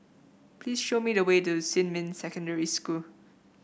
please show me the way to Xinmin Secondary School